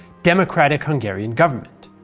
democratic hungarian government.